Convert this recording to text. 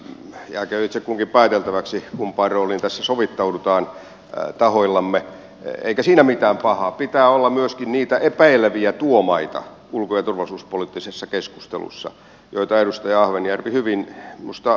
jääköön itse kunkin pääteltäväksi kumpaan rooliin tässä sovittaudutaan tahoillamme eikä siinä mitään pahaa ulko ja turvallisuuspoliittisessa keskustelussa pitää olla myöskin niitä epäileviä tuomaita joita edustaja ahvenjärvi hyvin minusta edustaa